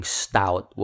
stout